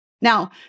Now